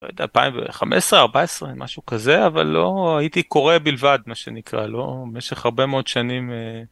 2015 14 משהו כזה אבל לא הייתי קורא בלבד מה שנקרא לא, במשך הרבה מאוד שנים.